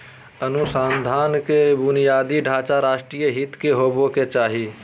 अनुसंधान के बुनियादी ढांचा राष्ट्रीय हित के होबो के चाही